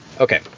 Okay